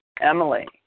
Emily